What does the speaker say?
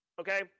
okay